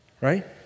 right